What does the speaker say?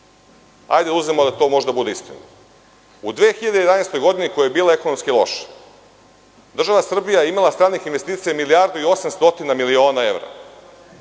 da uzmemo da to može da bude istina. U 2011. godini koja je bila ekonomski loša, država Srbija je imala stranih investicija milijardu i 800 miliona evra,